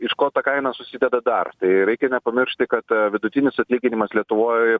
iš ko ta kaina susideda dar tai reikia nepamiršti kad vidutinis atlyginimas lietuvoj